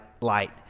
light